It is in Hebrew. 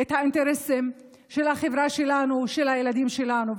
לאינטרסים של החברה שלנו, של הילדים שלנו.